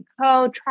Co